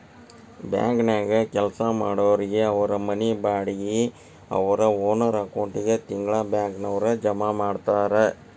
ಬ್ಯಾಂಕನ್ಯಾಗ್ ಕೆಲ್ಸಾ ಮಾಡೊರಿಗೆ ಅವ್ರ್ ಮನಿ ಬಾಡ್ಗಿ ಅವ್ರ್ ಓನರ್ ಅಕೌಂಟಿಗೆ ತಿಂಗ್ಳಾ ಬ್ಯಾಂಕ್ನವ್ರ ಜಮಾ ಮಾಡ್ತಾರ